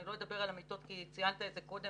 אני לא אדבר על המיטות כי ציינת את זה קודם.